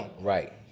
Right